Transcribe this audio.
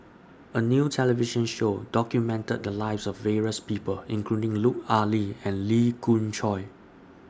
A New television Show documented The Lives of various People including Lut Ali and Lee Khoon Choy